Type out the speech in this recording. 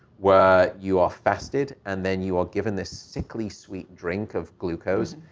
where you are fasted, and then you are given this sickly-sweet drink of glucose,